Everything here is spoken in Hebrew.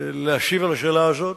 להשיב על השאלה הזאת,